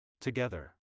Together